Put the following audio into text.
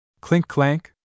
clink-clank